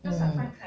mm